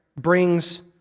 brings